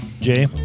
Jay